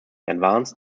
advanced